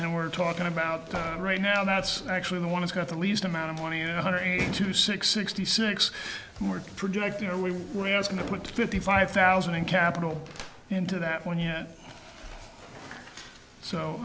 and we're talking about right now that's actually the one who's got the least amount of money and one hundred to six sixty six more projects you know we were asking to put fifty five thousand in capital into that one yet so